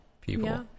people